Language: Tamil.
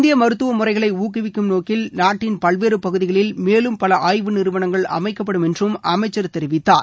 இந்திய மருத்துல முறைகளை ஊக்குவிக்கும் நோக்கில் நாட்டின் பல்வேறு பகுதிகளில் மேலும் பல ஆய்வு நிறுவனங்கள் அமைக்கப்படும் என்றும் அமைச்சர் தெரிவித்தார்